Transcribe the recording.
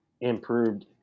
improved